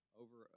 over